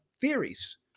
theories